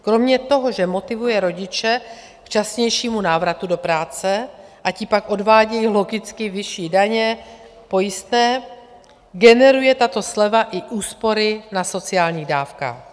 Kromě toho, že motivuje rodiče k časnějšímu návratu do práce a ti pak odvádějí logicky vyšší daně, pojistné, generuje tato sleva i úspory na sociálních dávkách.